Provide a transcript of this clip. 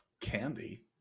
candy